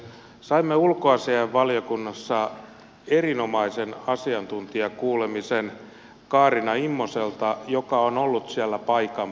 saimme ulkoasiainvaliokunnassa erinomaisen asiantuntijakuulemisen kaarina immoselta joka on ollut siellä paikan päällä